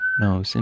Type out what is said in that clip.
no